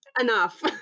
enough